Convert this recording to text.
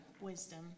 Wisdom